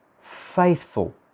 faithful